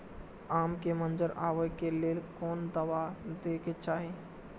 आम के मंजर आबे के लेल कोन दवा दे के चाही?